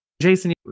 Jason